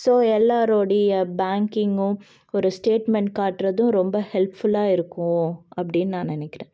so எல்லாரோடைய பேங்க்கிங்கும் ஒரு ஸ்டேட்மெண்ட் காட்டுறதும் ரொம்ப ஹெல்ப்ஃபுல்லாக இருக்கும் அப்படின்னு நான் நினைக்கிறேன்